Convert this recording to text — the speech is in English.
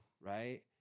Right